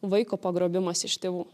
vaiko pagrobimas iš tėvų